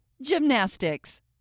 gymnastics